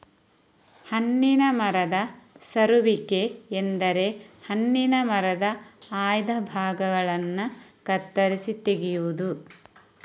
ಹಣ್ಣಿನ ಮರದ ಸರುವಿಕೆ ಎಂದರೆ ಹಣ್ಣಿನ ಮರದ ಆಯ್ದ ಭಾಗಗಳನ್ನ ಕತ್ತರಿಸಿ ತೆಗೆಯುದು